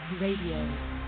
radio